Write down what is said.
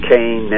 Cain